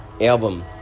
album